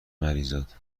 مریزاد